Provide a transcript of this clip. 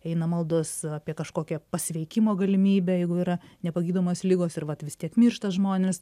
eina maldos apie kažkokią pasveikimo galimybę jeigu yra nepagydomos ligos ir vat vis tiek miršta žmonės